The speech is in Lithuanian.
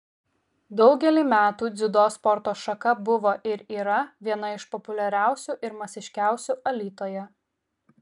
daugelį metų dziudo sporto šaka buvo ir yra viena iš populiariausių ir masiškiausių alytuje